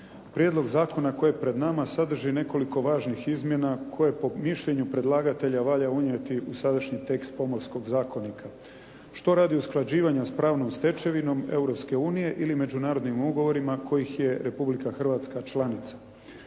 Prijedlog zakona koji je pred nama sadrži nekoliko važnih izmjena koje po mišljenju predlagatelja valja unijeti u sadašnji tekst Pomorskog zakonika što radi usklađivanja s pravnom stečevinom Europske unije ili međunarodnim ugovorima kojih je Republika Hrvatska članica.